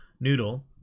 Noodle